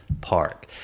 Park